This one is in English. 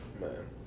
Man